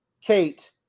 kate